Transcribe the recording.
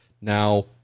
Now